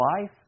life